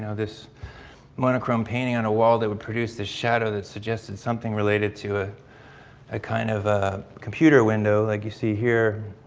ah this monochrome painting on a wall that would produce this shadow that suggested something related to ah a kind of a computer window like you see here.